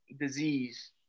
disease